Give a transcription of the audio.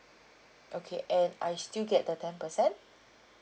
okay and I still get the ten percent